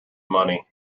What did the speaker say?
money